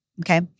okay